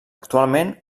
actualment